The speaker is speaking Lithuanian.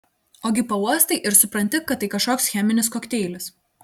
ogi pauostai ir supranti kad tai kažkoks cheminis kokteilis